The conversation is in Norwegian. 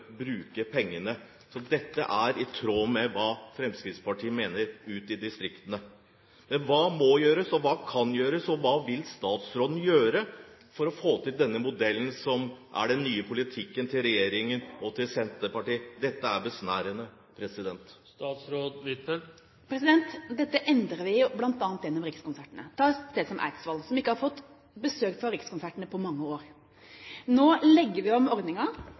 bruke pengene. Så dette er i tråd med hva Fremskrittspartiet mener ute i distriktene. Hva må gjøres, og hva kan gjøres? Hva vil statsråden gjøre for å få til denne modellen som er den nye politikken til regjeringen og til Senterpartiet? Dette er besnærende. Dette endrer vi, bl.a. gjennom Rikskonsertene. La oss ta et sted som Eidsvoll, som ikke har fått besøk av Rikskonsertene på mange år. Nå legger vi om